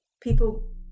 people